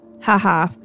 haha